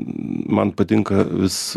man patinka vis